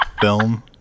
film